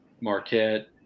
Marquette